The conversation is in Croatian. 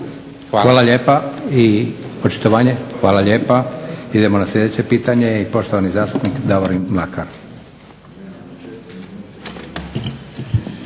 Hvala lijepa. I očitovanje? Hvala lijepa. Idemo na sljedeće pitanje i poštovani zastupnik Davorin Mlakar.